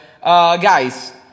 Guys